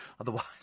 Otherwise